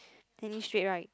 standing straight right